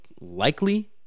likely